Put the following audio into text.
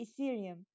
Ethereum